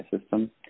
system